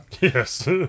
yes